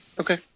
Okay